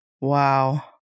Wow